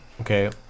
okay